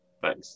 Thanks